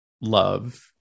love